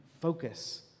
focus